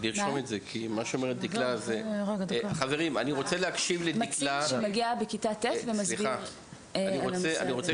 מדובר במציל שמגיע לכיתה ט' ומסביר על הנושא הזה.